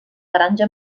granja